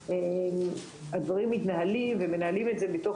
והדברים מתנהלים ומנהלים את זה מתוך